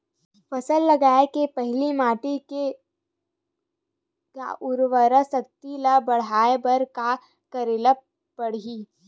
फसल लगाय के पहिली माटी के उरवरा शक्ति ल बढ़ाय बर का करेला पढ़ही?